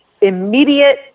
immediate